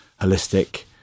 holistic